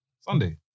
Sunday